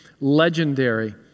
legendary